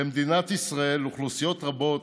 במדינת ישראל אוכלוסיות רבות